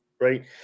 right